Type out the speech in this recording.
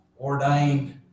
ordained